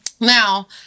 Now